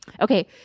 Okay